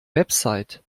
website